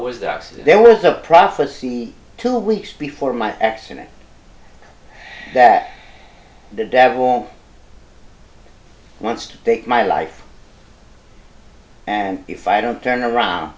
was there was a prophecy two weeks before my accident that the devil wants to take my life and if i don't turn around